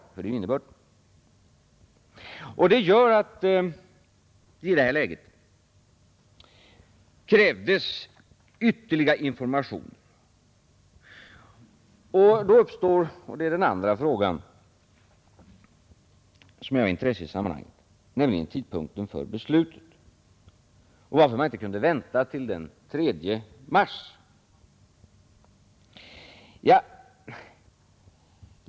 Detta är ju innebörden, och det gör att det i det här läget krävdes ytterligare informationer. Den andra frågan som är av intresse i sammanhanget gäller tidpunkten för beslutet — varför man inte kunde vänta till den 3 mars.